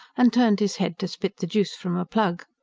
and turned his head to spit the juice from a plug.